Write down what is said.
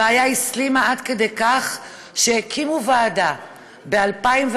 הבעיה הסלימה עד כדי כך שהקימו ועדה ב-2014.